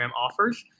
offers